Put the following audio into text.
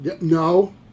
No